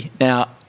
Now